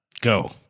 Go